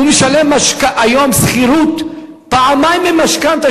הוא משלם היום לשכירות פי-שניים מלמשכנתה